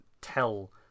tell